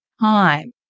time